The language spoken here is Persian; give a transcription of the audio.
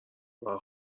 برا